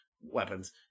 weapons